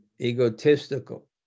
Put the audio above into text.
Egotistical